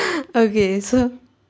okay so